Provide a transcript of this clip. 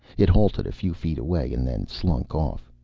it halted a few feet away and then slunk off.